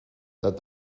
that